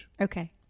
Okay